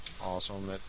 Awesome